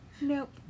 Nope